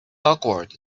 awkward